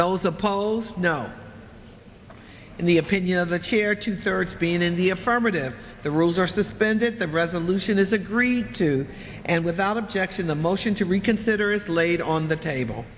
opposed no in the opinion of the chair two thirds being in the affirmative the rules are suspended the resolution is agree to and without objection the motion to reconsider is laid on the table